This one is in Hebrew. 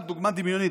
סתם דוגמה דמיונית,